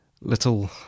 little